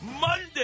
Monday